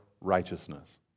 righteousness